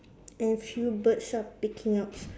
and few birds are picking up